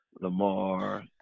Lamar